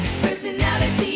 Personality